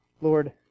Lord